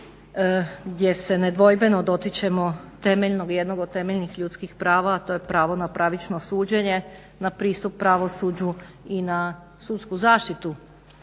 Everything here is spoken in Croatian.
gdje se nedvojbeno dotičemo temeljnog, jednog od temeljnih ljudskih prava, a to je pravo na pravično suđenje, na pristup pravosuđu i na sudsku zaštitu